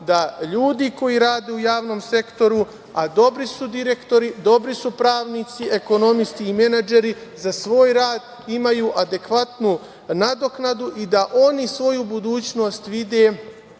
da ljudi koji rade u javnom sektoru, a dobri su direktori, dobri su pravnici, ekonomisti i menadžeri, za svoj rad imaju adekvatnu nadoknadu i da oni svoju budućnost vide